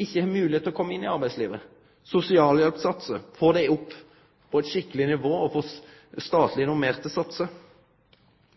ikkje har moglegheit til å kome inn i arbeidslivet, få sosialhjelpssatsane opp på eit skikkeleg nivå og få statleg normerte satsar,